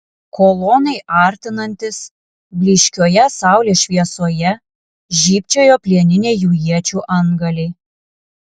kolonai artinantis blyškioje saulės šviesoje žybčiojo plieniniai jų iečių antgaliai